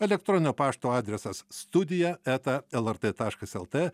elektroninio pašto adresas studija eta lrt taškas lt